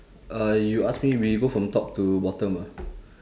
uh you ask me we go from top to bottom ah